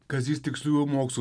kazys tiksliųjų mokslų